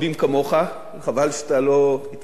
חבל שאתה לא התמודדת לפעם הבאה.